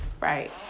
right